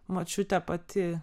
močiutė pati